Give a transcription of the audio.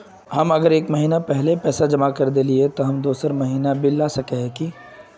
हम अगर एक महीना पहले पैसा जमा कर देलिये ते हम दोसर महीना बिल ला सके है की?